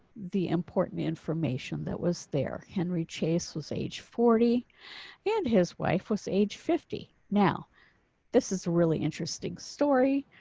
the important information that was there, henry chase was age forty and his wife was age fifty. now this is really interesting story.